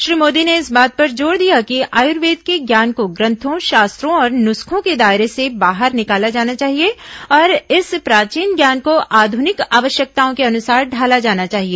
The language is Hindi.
श्री मोदी ने इस बात पर जोर दिया कि आयुर्वेद के ज्ञान को ग्रंथों शास्त्रों और नुस्खों के दायरे से बाहर निकाला जाना चाहिए और इस प्राचीन ज्ञान को आधुनिक आवश्यकताओं के अनुसार ढाला जाना चाहिए